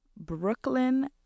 Brooklyn